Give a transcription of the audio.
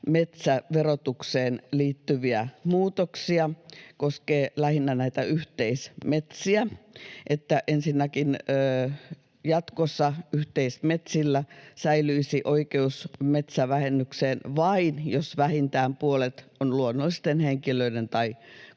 metsäverotukseen liittyviä muutoksia, jotka koskevat lähinnä näitä yhteismetsiä. Ensinnäkin jatkossa yhteismetsillä säilyisi oikeus metsävähennykseen vain, jos vähintään puolet on luonnollisten henkilöiden tai